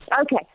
Okay